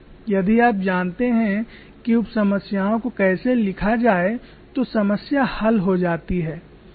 यदि आप जानते हैं कि उप समस्याओं को कैसे लिखा जाए तो समस्या हल हो जाती है